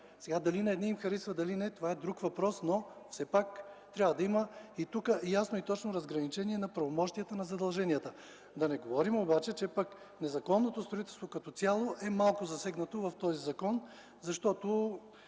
Дали на едни им харесва, дали не – това е друг въпрос, но все пак трябва да има и тук ясно и точно разграничение на правомощията и на задълженията. Да не говорим обаче, че незаконното строителство като цяло е малко засегнато в този закон, защото